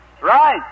right